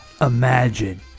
Imagine